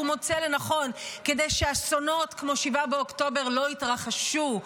מוצא לנכון כדי שאסונות כמו 7 באוקטובר לא יתרחשו,